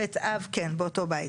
כן, אותו בית.